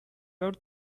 out